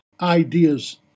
ideas